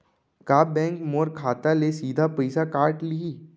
का बैंक मोर खाता ले सीधा पइसा काट लिही?